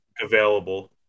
available